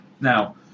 Now